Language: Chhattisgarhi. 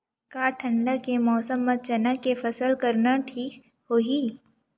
का ठंडा के मौसम म चना के फसल करना ठीक होही?